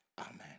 amen